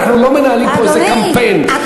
שאנחנו לא מנהלים פה איזה קמפיין אדוני,